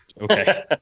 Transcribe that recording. okay